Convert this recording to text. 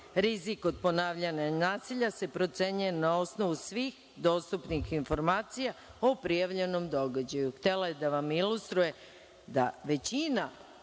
rizik od ponavljanja nasilja se procenjuje na osnovu svih dostupnih informacija o prijavljenom događaju. Htela